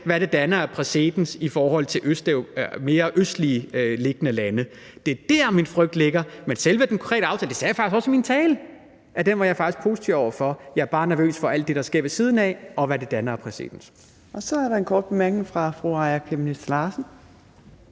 hvad det danner af præcedens i forhold til mere østligt liggende lande. Det er der, min frygt ligger. Men selve den konkrete aftale – det sagde jeg faktisk også i min tale – er jeg faktisk positiv over for. Jeg er bare nervøs for alt det, der sker ved siden af, og hvad det danner af præcedens. Kl. 18:06 Fjerde næstformand (Trine Torp): Så er der en